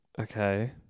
Okay